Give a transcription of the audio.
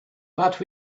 but